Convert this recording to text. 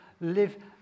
live